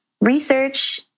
research